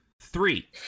Three